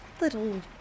little